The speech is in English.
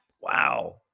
wow